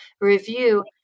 review